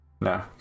No